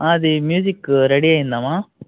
అది music ready అయిందా మా